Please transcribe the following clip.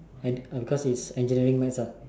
and um because it is engineering maths ah